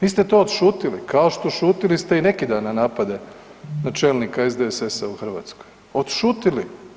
Vi ste to odšutili, kao što šutili ste i neki dan na napade na čelnika SDSS-a u Hrvatskoj, odšutili.